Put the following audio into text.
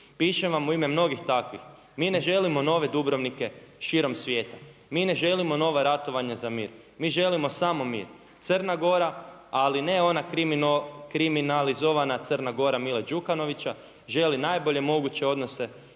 pišem vam u ime mnogih takvih. Mi ne želimo nove Dubrovnike širom svijeta, mi ne želimo nova ratovanja za mir. Mi želimo samo mir. Crna Gora, ali ne ona kriminalizovana Crna Gora Mile Đukanovića želi najbolje moguće odnose